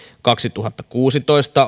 kaksituhattakuusitoista